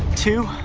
two,